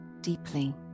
deeply